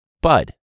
bud